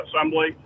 assembly